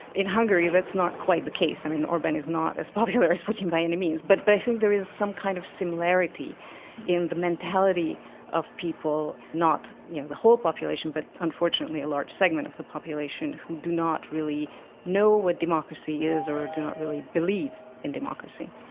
in hungary that's not quite the case. i mean, orban is not as popular as putin by any means, but but i think there is some kind of similarity in the mentality of people, not you know the whole population but unfortunately a large segment of the population who do not really know what democracy is or do not really believe in democracy.